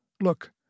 Look